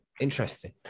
Interesting